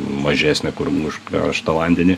mažesnė kur už karštą vandenį